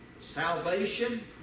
Salvation